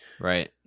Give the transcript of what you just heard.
Right